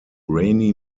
rainy